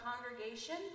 congregation